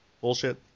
bullshit